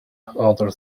other